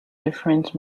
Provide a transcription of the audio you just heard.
different